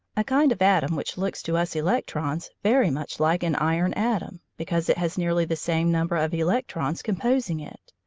a kind of atom which looks to us electrons very much like an iron atom, because it has nearly the same number of electrons composing it,